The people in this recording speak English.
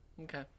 Okay